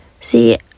See